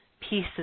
pieces